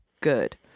good